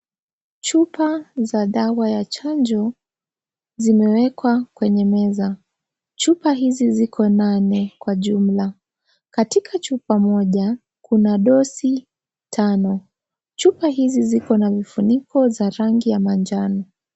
Chupa za dawa ya chanjo zimewekwa kwenye meza. Chupa hizi ziko nane kwa jumla. Katika chupa moja kuna dosi tano. Chupa hizi ziko na vifuniko za rangi ya manjano.